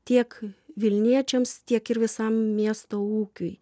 tiek vilniečiams tiek ir visam miesto ūkiui